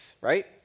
right